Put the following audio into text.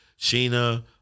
Sheena